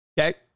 Okay